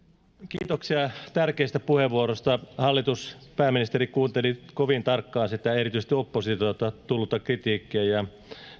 kiitoksia tärkeistä puheenvuoroista hallitus ja pääministeri kuuntelivat kovin tarkkaan erityisesti oppositiolta tullutta kritiikkiä ja